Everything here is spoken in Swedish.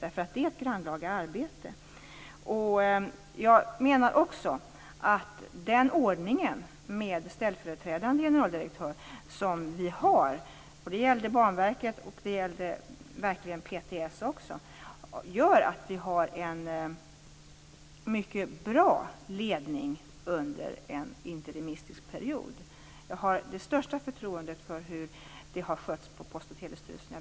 Det är ett grannlaga arbete. Jag menar också att den ordning med en ställföreträdande generaldirektör som vi har - och det gällde Banverket och också PTS - gör att vi har en mycket bra ledning under en interimistisk period. Jag har det största förtroendet för hur det har skötts på Post och telestyrelsen.